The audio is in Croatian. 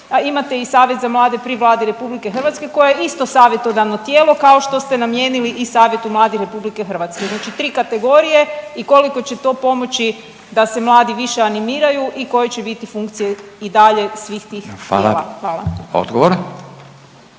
imate i Saveze mladih pri Vladi Republike Hrvatske koja je isto savjetodavno tijelo kao što ste namijenili i Savjetu mladih Republike Hrvatske. Znači tri kategorije i koliko će to pomoći da se mladi više animiraju i koje će biti funkcije i dalje svih tih …/Govornica se